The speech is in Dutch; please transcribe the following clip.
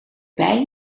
bij